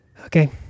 Okay